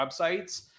websites